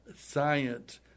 science